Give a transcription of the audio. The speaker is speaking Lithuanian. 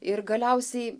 ir galiausiai